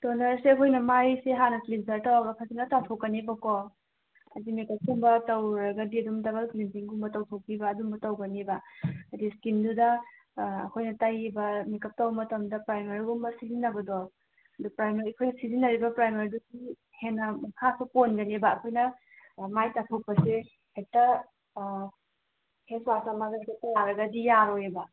ꯇꯣꯅꯔꯁꯦ ꯑꯩꯈꯣꯏꯅ ꯃꯥꯏꯁꯦ ꯍꯥꯟꯅ ꯀ꯭ꯂꯤꯟꯖꯔ ꯇꯧꯔꯒ ꯐꯖꯅ ꯆꯥꯝꯊꯣꯛꯀꯅꯦꯕꯀꯣ ꯑꯗꯨꯅꯦ ꯇꯩꯁꯤꯟꯕ ꯇꯧꯔꯨꯔꯒꯗꯤ ꯑꯗꯨꯝ ꯗꯕꯜ ꯀ꯭ꯂꯤꯟꯖꯤꯡꯒꯨꯝꯕ ꯇꯧꯊꯣꯛꯄꯤꯕ ꯑꯗꯨꯝꯕ ꯇꯧꯒꯅꯤꯕ ꯑꯗꯨ ꯏꯁꯀꯤꯟꯗꯨꯗ ꯑꯩꯈꯣꯏꯅ ꯇꯩꯔꯤꯕ ꯃꯦꯀꯞ ꯇꯧ ꯃꯇꯝꯗ ꯄ꯭ꯔꯥꯏꯃꯔꯒꯨꯝꯕ ꯁꯤꯖꯤꯟꯅꯕꯗꯣ ꯑꯗꯨ ꯄ꯭ꯔꯥꯏꯃꯔ ꯑꯩꯈꯣꯏꯅ ꯁꯤꯖꯤꯟꯅꯔꯤꯕ ꯄ꯭ꯔꯥꯏꯃꯔꯗꯨ ꯁꯤ ꯍꯦꯟꯅ ꯃꯈꯥꯁꯨ ꯄꯣꯟꯒꯅꯦꯕ ꯑꯩꯈꯣꯏꯅ ꯃꯥꯏ ꯇꯥꯊꯣꯛꯄꯁꯦ ꯍꯦꯛꯇ ꯐꯦꯁ ꯋꯥꯁ ꯑꯃꯒ ꯍꯦꯛꯇ ꯇꯥꯔꯒꯗꯤ ꯌꯥꯔꯣꯏꯕ